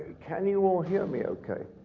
can you all hear me ok?